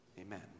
amen